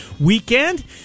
weekend